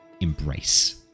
embrace